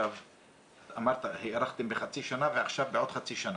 עכשיו אמרת הארכתם בחצי שנה ועכשיו בעוד חצי שנה,